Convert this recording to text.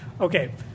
Okay